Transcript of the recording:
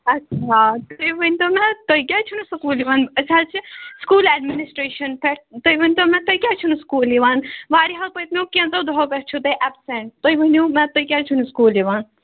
اچھا تُہۍ ؤنۍتَو مےٚ تُہۍ کیٛازِچھُو نہٕ سکوٗل یِوان أسۍ حظ چھِ سکوٗل ایٚڈمِنِسٹرٛیشیٚن پیٚٹھ تُہۍ ؤنۍتَو مےٚ تُہۍ کیٛازِ چھِو نہٕ سکوٗل یِوان وارِیاہَو پٔتۍمٮ۪و کیٚنٛژو دۄہَو پیٚٹھ چھُو تُہۍ ایٚپسیٚنٛٹ تُہۍ ؤنِو مےٚ تُہۍ کیٛاہ چھُو نہٕ سکوٗل یِوان